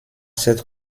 cette